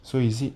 so is it